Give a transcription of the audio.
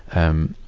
um,